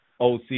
OC